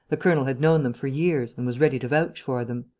the colonel had known them for years and was ready to vouch for them.